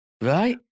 Right